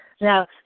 now